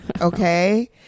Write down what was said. okay